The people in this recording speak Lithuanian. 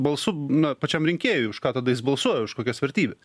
balsu na pačiam rinkėjui už ką tada jis balsuoja už kokias vertybes